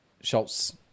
Schultz